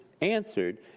answered